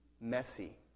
messy